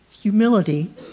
humility